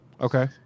Okay